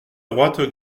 droite